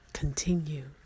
Continue